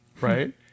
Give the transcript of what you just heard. right